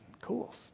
Cool